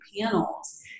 panels